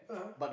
(uh huh)